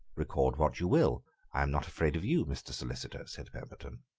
record what you will, i am not afraid of you, mr. solicitor, said pemberton.